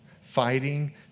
fighting